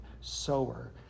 sower